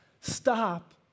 Stop